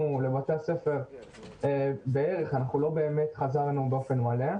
אנחנו לא באמת חזרנו באופן מלא לבית הספר.